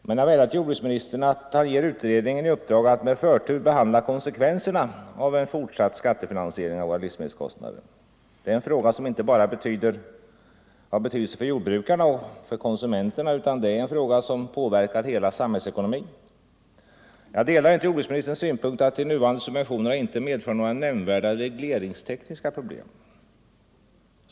Men jag vädjar till jordbruksministern att han ger utredningen i uppdrag att med förtur behandla konsekvenserna av fortsatt skattefinansiering av våra livsmedelskostnader. Det är en fråga som inte bara har betydelse för jordbrukarna och för konsumenterna, utan det är en fråga som påverkar hela samhällsekonomin. Jag delar inte jordbruksministerns synpunkt att de nuvarande subventionerna inte medför några nämnvärda regleringstekniska problem.